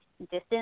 distance